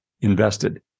invested